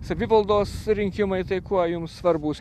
savivaldos rinkimai tai kuo jums svarbus